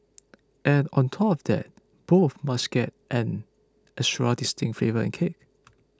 and on top of that both must get an extra distinct flavour and kick